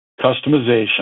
customization